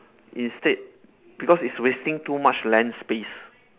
instead because it's wasting too much land space